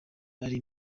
ari